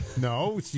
No